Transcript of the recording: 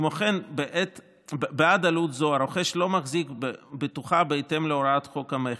כמו כן בעד עלות זו הרוכש לא מחזיק בטוחה בהתאם להוראת חוק המכר,